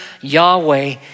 Yahweh